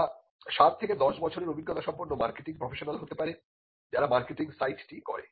তারা 7 থেকে 10 বছরের অভিজ্ঞতা সম্পন্ন মার্কেটিং প্রফেশনাল হতে পারে যারা মার্কেটিং সাইটটি করে